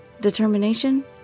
Determination